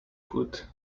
food